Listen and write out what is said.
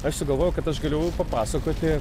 aš sugalvojau kad aš galiu papasakoti